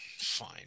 Fine